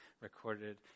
recorded